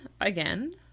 again